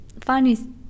funny